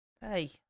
Hey